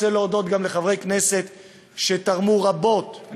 אני רוצה להודות גם לחברי כנסת שתרמו רבות,